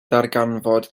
ddarganfod